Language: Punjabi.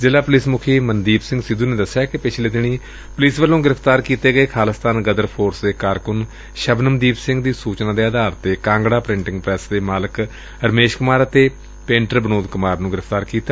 ਜ਼ਿਲਾ ਪੁਲਿਸ ਮੁਖੀ ਮਨਦੀਪ ਸਿੰਘ ਸਿੱਧੁ ਨੇ ਦਸਿਆ ਕਿ ਪਿਛਲੇ ਦਿਨੀਂ ਪੁਲਿਸ ਵੱਲੋਂ ਗ੍ਰਿਫ਼ਤਾਰ ਕੀਤੇ ਗਏ ਖਾਲਿਸਤਾਨ ਗਦਰ ਫੋਰਸ ਦੇ ਕਾਰਕੁੰਨ ਸ਼ਬਨਮਦੀਪ ਸਿੰਘ ਦੀ ਸੁਚਨਾ ਦੇ ਆਧਾਰ ਤੇ ਕਾਂਗੜਾ ਪ੍ਰਿਟਿੰਗ ਪ੍ਰੈਸ ਦੇ ਮਾਲਕ ਰਮੇਸ਼ ਕੁਮਾਰ ਅਤੇ ਪੇਂਟਰ ਵਿਨੋਦ ਕੁਮਾਰ ਨੂੰ ਗ੍ਰਿਫ਼ਤਾਰ ਕੀਤੈ